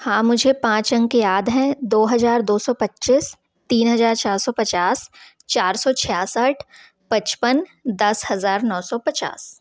हाँ मुझे पाँच अंक याद है दो हज़ार दो सौ पच्चीस तीन हज़ार चार सौ पचास चार सौ छियासठ पचपन दस हज़ार नौ सौ पचास